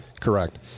Correct